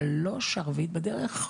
שלוש, הרביעית בדרך.